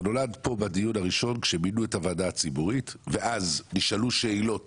זה נולד פה בדיון הראשון כשמינו את הוועדה הציבורית ואז נשאלו שאלות